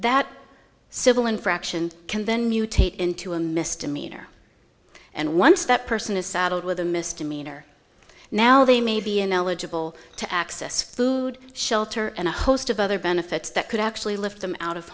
that civil infraction can then mutate into a misdemeanor and once that person is saddled with a misdemeanor now they may be ineligible to access food shelter and a host of other benefits that could actually lift them out of